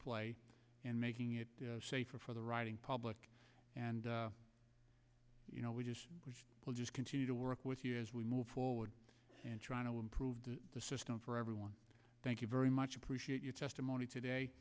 and making it safer for the riding public and you know we just we will just continue to work with you as we move forward and trying to improve the system for everyone thank you very much appreciate your testimony today